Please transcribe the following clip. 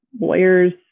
Lawyers